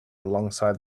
alongside